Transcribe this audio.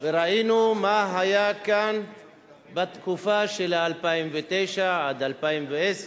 וראינו מה היה כאן בתקופה של 2009 עד 2010,